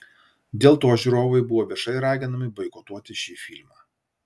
dėl to žiūrovai buvo viešai raginami boikotuoti šį filmą